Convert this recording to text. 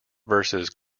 versus